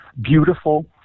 beautiful